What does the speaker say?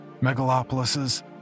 megalopolises